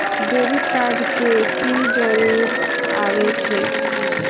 Debit card के की जरूर आवे छै?